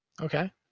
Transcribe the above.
Okay